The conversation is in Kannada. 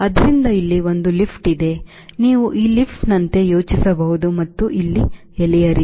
ಆದ್ದರಿಂದ ಇಲ್ಲಿ ಒಂದು ಲಿಫ್ಟ್ ಇದೆ ನೀವು ಈ ಲಿಫ್ಟ್ನಂತೆ ಯೋಚಿಸಬಹುದು ಮತ್ತು ಇಲ್ಲಿ ಎಳೆಯಿರಿ